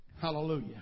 Hallelujah